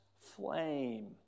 flame